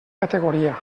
categoria